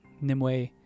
Nimue